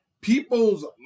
people's